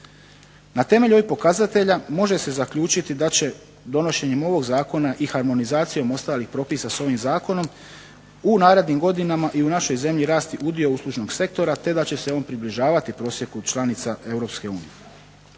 Na temelju ovih pokazatelja može se zaključiti da će donošenjem ovog zakona i harmonizacijom ostalih propisa s ovim zakonom u narednim godinama i u našoj zemlji rasti udio uslužnog sektora te da će se on približavati prosjeku članica